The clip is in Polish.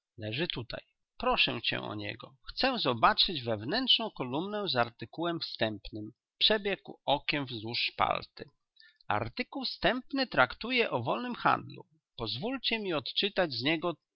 times watson leży tutaj proszę cię o niego chcę zobaczyć wewnętrzną kolumnę z artykułem wstępnym przebiegł okiem wzdłuż szpalty artykuł wstępny traktuje o wolnym handlu pozwólcie mi odczytać z niego